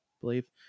believe